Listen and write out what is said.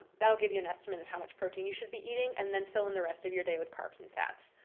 that'll give you an estimate of how much protein you should be eating and then fill in the rest of your day with carbs and fats.